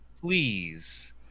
Please